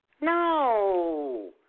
No